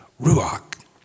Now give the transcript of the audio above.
Ruach